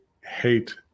hate